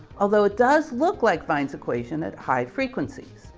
although it does look like wien's equation at high frequencies.